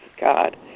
God